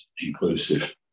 inclusive